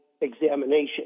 examination